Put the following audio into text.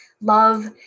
love